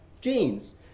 genes